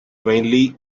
mainly